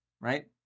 right